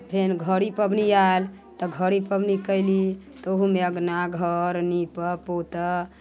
फेन घड़ी पबनी आयल तऽ घड़ी पबनी कयली ओहोमे अँगना घर नीपऽ पोतऽ